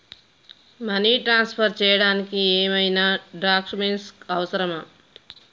Money transfer చేయడానికి ఏమైనా documents అవసరమా?